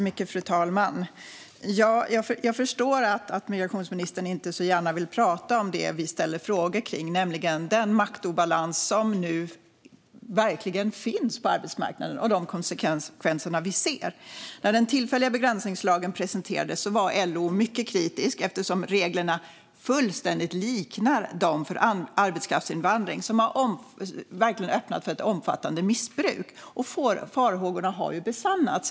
Fru talman! Jag förstår att migrationsministern inte så gärna vill tala om det vi ställer frågor om, nämligen den maktobalans som verkligen finns nu på arbetsmarknaden och de konsekvenser som vi ser. När den tillfälliga begränsningslagen presenterades var LO mycket kritiskt, eftersom reglerna fullständigt liknar reglerna för arbetskraftsinvandring. Dessa har ju verkligen öppnat för ett omfattande missbruk. Farhågorna har besannats.